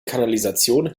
kanalisation